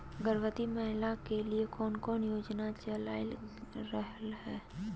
गर्भवती महिला के लिए कौन कौन योजना चलेगा रहले है?